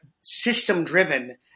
system-driven –